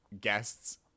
guests